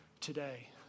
today